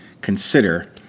consider